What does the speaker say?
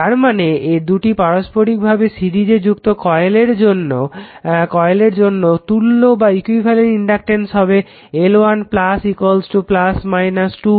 তারমানে দুটি পারস্পরিক ভাবে সিরিজে যুক্ত কয়েলের তুল্য ইনডাকটেন্স হবে L1 2 M